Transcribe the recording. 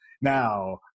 Now